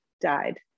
died